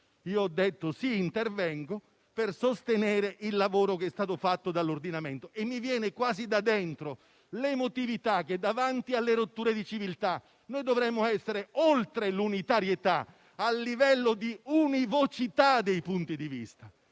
queste ragioni, intervengo per sostenere il lavoro che è stato fatto dall'ordinamento e mi viene quasi da dentro l'emotività che, davanti alle rotture di civiltà, dovremmo essere oltre l'unitarietà, a livello di univocità dei punti di vista.